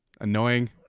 Annoying